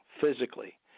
physically